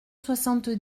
soixante